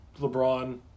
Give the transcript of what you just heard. LeBron